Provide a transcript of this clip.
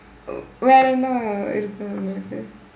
வேற என்ன இருக்கு உங்களுக்கு:veera enna irukku ungkalukku